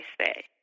say